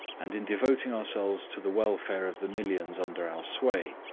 and in devoting ourselves to the welfare of the millions under our sway,